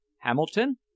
Hamilton